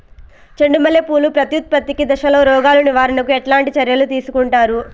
చెండు మల్లె పూలు ప్రత్యుత్పత్తి దశలో రోగాలు నివారణకు ఎట్లాంటి చర్యలు తీసుకుంటారు?